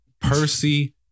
Percy